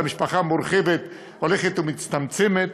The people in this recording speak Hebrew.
המשפחה המורחבת הולכת ומצטמצמת,